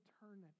eternity